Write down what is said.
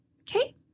Okay